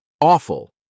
awful